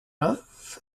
neuf